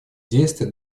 действия